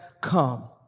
come